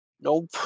Nope